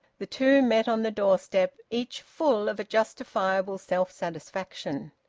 the two met on the doorstep, each full of a justifiable self-satisfaction.